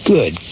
Good